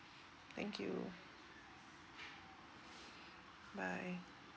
thank you bye